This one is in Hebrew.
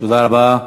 תודה רבה.